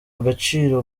agaciro